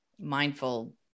mindful